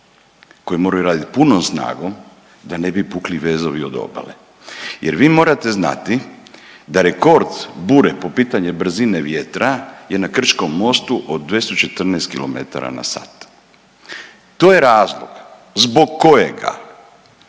koji moraju raditi punom snagom da ne bi pukli vezovi od obale. Jer vi morate znati da rekord bure po pitanju brzine vjetra je na Krčkom mostu od 214 km na sat. To je razlog zbog kojega